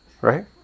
Right